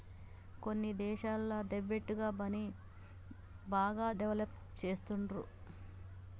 కొన్ని దేశాలల్ల దెబ్ట్ ని బాగా డెవలప్ చేస్తుండ్రు